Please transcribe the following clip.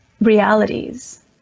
realities